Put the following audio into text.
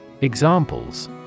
Examples